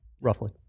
roughly